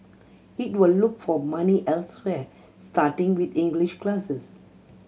it will look for money elsewhere starting with English classes